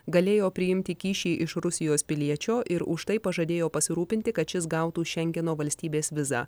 galėjo priimti kyšį iš rusijos piliečio ir už tai pažadėjo pasirūpinti kad šis gautų šengeno valstybės vizą